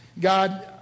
God